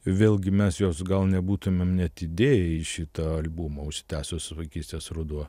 vėlgi mes jos gal nebūtumėm net idėję į šitą albumą užsitęsusios vaikystės ruduo